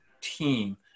team